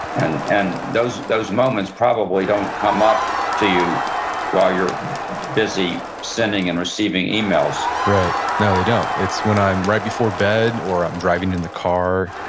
and and those those moments probably don't come up to you while you're busy sending and receiving emails right. no, they don't. it's when i'm, right before bed, or i'm driving in the car,